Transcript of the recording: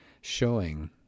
showing